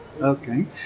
Okay